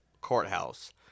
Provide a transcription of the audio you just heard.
courthouse